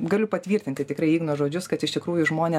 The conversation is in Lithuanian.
galiu patvirtinti tikrai igno žodžius kad iš tikrųjų žmonės